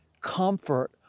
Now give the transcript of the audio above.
comfort